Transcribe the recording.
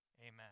Amen